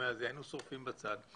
היינו שורפים בצד.